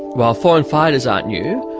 while foreign fighters aren't new,